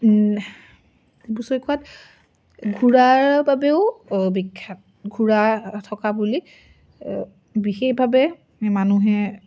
ডিব্ৰু ছৈখোৱা ঘোঁৰাৰ বাবেও বিখ্যাত ঘোঁৰা থকা বুলি বিশেষভাৱে মানুহে